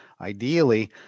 ideally